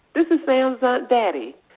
this is sam's aunt betty.